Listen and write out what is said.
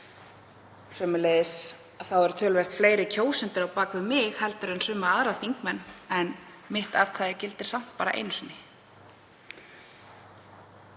Sömuleiðis eru töluvert fleiri kjósendur á bak við mig en suma aðra þingmenn en mitt atkvæði gildir samt bara einu sinni.